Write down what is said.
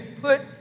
put